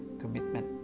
commitment